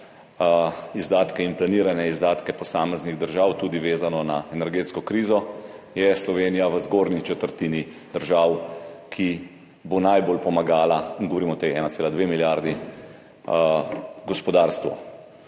izdatke in planirane izdatke posameznih držav, tudi vezano na energetsko krizo, je Slovenija v zgornji četrtini držav, ki bo najbolj pomagala, govorim o tej 1,2 milijardi gospodarstvu.